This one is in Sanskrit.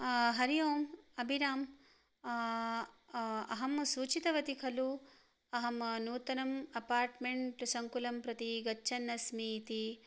हरिः ओम् अभिरामः अहं सूचितवती खलु अहं नूतनम् अपार्टमेण्ट् सङ्कुलं प्रति गच्छन् अस्मि इति